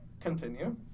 Continue